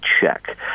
check